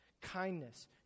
kindness